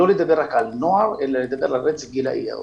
לא לדבר רק על נוער אלא לדבר על רצף גילי.